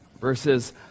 Verses